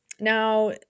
Now